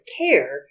care